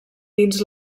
dins